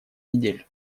недель